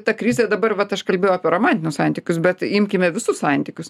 ta krizė dabar vat aš kalbėjau apie romantinius santykius bet imkime visus santykius